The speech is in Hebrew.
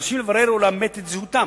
ונדרש לברר או לאמת את זהותם,